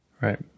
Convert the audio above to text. right